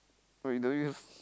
oh we don't use